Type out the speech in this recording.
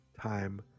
time